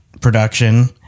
production